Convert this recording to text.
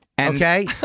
Okay